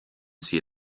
see